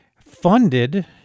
funded—